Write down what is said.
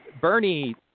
Bernie